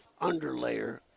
underlayer